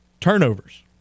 Turnovers